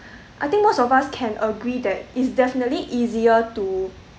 I think most of us can agree that it's definitely easier to